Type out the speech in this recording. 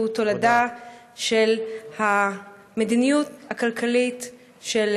שהוא תולדה של המדיניות הכלכלית של,